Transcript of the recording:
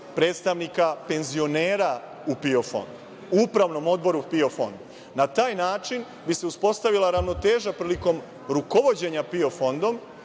predstavnika penzionera u Upravnom odboru PIO fonda. Na taj način bi se uspostavila ravnoteža prilikom rukovođenja PIO fondom